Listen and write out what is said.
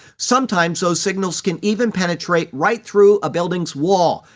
sometimes those signals can even penetrate right through a building's wall,